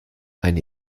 eine